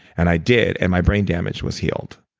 and i did and my brain damage was healed.